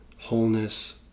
wholeness